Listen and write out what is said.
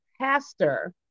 pastor